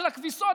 של הכביסות,